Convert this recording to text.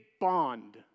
bond